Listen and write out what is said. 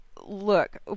Look